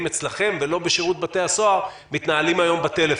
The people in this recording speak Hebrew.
אצלכם ולא בשירות בתי הסוהר מתנהלים היום בטלפון.